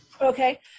Okay